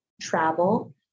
travel